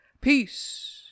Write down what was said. Peace